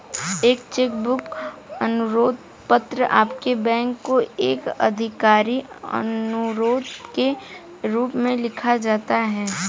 एक cheque book अनुरोध पत्र आपके बैंक को एक आधिकारिक अनुरोध के रूप में लिखा जाता है